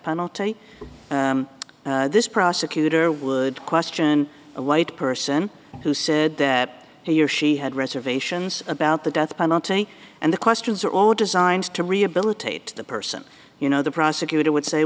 penalty this prosecutor would question a white person who said that he or she had reservations about the death penalty and the questions are all designed to rehabilitate the person you know the prosecutor would say